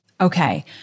Okay